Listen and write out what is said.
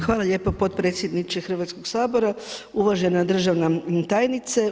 Hvala lijepo podpredsjedniče Hrvatskog sabora, uvažena državna tajnice.